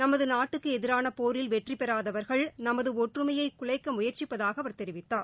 நமது நாட்டுக்கு எதிரான போரில் வெற்றி பெறாதவர்கள் நமது ஒற்றுமையைக் குலைக்க முயற்சிப்பதாக அவர் தெரிவித்தார்